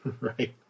right